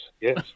Yes